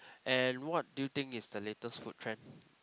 and what do you think is the latest food trend